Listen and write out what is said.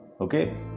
Okay